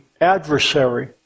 adversary